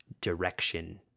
direction